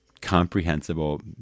comprehensible